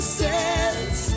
says